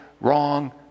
wrong